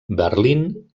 berlín